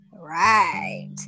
Right